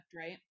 right